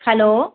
hello